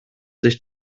sich